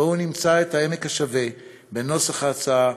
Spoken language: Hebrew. בואו נמצא את עמק השווה בנוסח ההצעה,